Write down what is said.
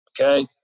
okay